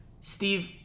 steve